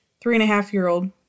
Three-and-a-half-year-old